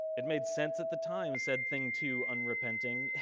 it made sense at the time, said thing two unrepenting,